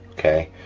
okay?